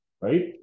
right